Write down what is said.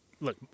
look